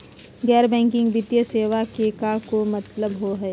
गैर बैंकिंग वित्तीय सेवाएं के का मतलब होई हे?